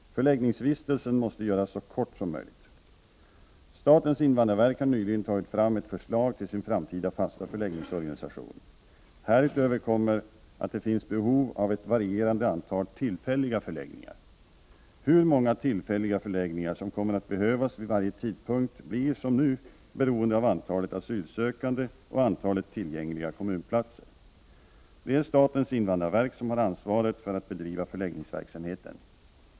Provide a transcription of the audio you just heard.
Förläggningsvistelsen måste göras så kort som möjligt. Statens invandrarverk har nyligen tagit fram ett förslag till sin framtida fasta förläggningsorganisation. Härutöver kommer det att finnas behov av ett varierande antal tillfälliga förläggningar. Hur många tillfälliga förläggningar som kommer att behövas vid varje tidpunkt blir, som nu, beroende av antalet asylsökande och antalet tillgängliga kommunplatser. Det är statens invandrarverk som har ansvaret för att bedriva förläggningsverksamheten.